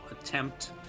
attempt